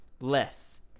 less